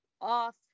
off